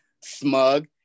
smug